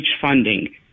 funding